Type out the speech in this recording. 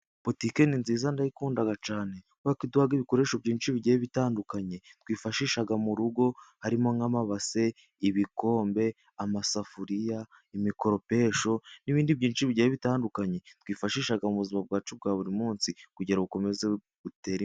Butike nziza ndayikundaga cyane, kuko iduha ibikoresho byinshi bigiye bitandukanye twifashisha mu rugo harimo nk'amabase, ibikombe, amasafuriya, imikoropesho, n'ibindi byinshi bigiye bitandukanye twifashisha mu buzima bwacu bwa buri munsi, kugira ngo bukomeze butere imbere.